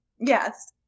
Yes